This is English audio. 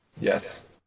Yes